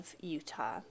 Utah